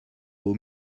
aux